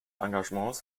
engagements